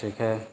ٹھیک ہے